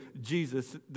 Jesus